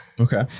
Okay